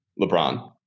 LeBron